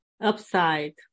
upside